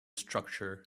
structure